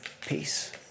Peace